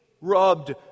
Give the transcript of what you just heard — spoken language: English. rubbed